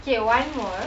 okay one more